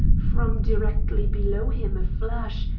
from directly below him a flash,